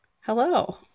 Hello